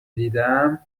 دیدم